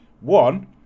One